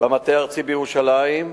במטה הארצי בירושלים,